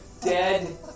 Dead